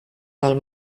del